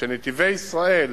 ש"נתיבי ישראל",